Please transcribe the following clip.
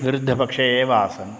विरुद्धपक्षे एव आसन्